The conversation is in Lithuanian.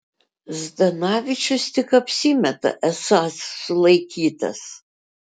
zdanavičius tik apsimeta esąs sulaikytas